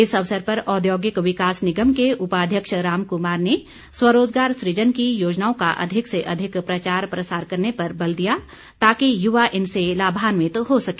इस अवसर पर औद्योगिक विकास निगम के उपाध्यक्ष राम कुमार ने स्वरोजगार सुजन की योजनाओं का अधिक से अधिक प्रचार प्रसार करने पर बल दिया ताकि युवा इनसे लाभान्वित हो सके